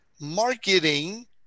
marketing